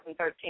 2013